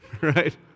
right